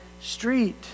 street